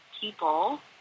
people